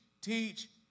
teach